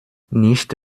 nicht